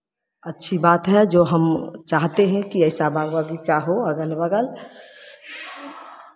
अच्छी बात है जो हम चाहते हैं कि ऐसा बाग बगीचा हो अगल बगल